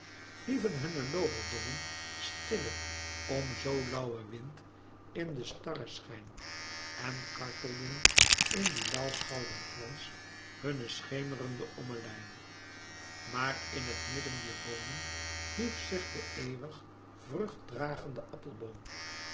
hieven hunne looverdommen stille om zoo lauwen wind in den starrenschijn en kartelden in dien lauwgouden glans hunne schemerende ommelijn maar in het midden dier boomen hief zich de eeuwig vruchtendragende appelboom